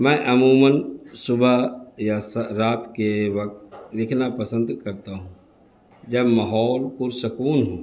میں عموماً صبح یا رات کے وقت لکھنا پسند کرتا ہوں جب ماحول پر سکون ہوں